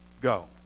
go